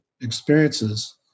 experiences